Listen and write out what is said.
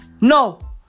No